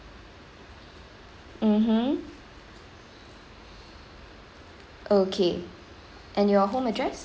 mmhmm okay and your home address